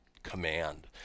command